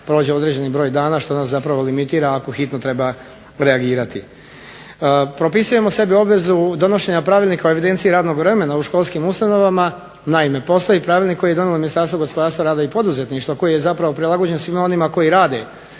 prođe određeni broj dana što nas zapravo limitira ako hitno treba reagirati. Propisujemo sebi obvezu donošenja pravilnika o evidenciji radnog vremena u školskim ustanovama. Naime, postoji pravilnik koje je donijelo Ministarstvo gospodarstva, rada i poduzetništva koji je zapravo prilagođen svima onima koji rade